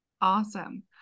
Awesome